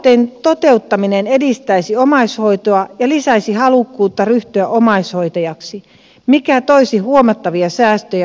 lakialoitteen toteuttaminen edistäisi omais hoitoa ja lisäisi halukkuutta ryhtyä omaishoitajaksi mikä toisi huomattavia säästöjä hoitokuluihin